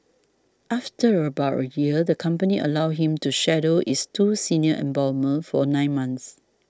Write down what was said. after about a year the company allowed him to shadow its two senior embalmers for nine months